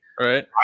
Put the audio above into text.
Right